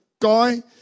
guy